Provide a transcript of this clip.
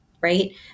right